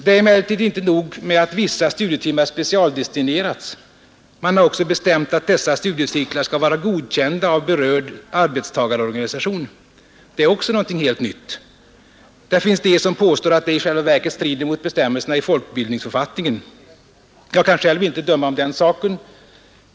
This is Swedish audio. Det är emellertid inte nog med att vissa studietimmar specialdestineras. Man har också bestämt att dessa studiecirklar skall vara godkända av berörd arbetstagarorganisation. Även detta är något helt nytt. Det finns personer som påstår att det i själva verket strider mot bestämmelserna i folkbildningsförfattningen. Jag kan själv inte bedöma den saken.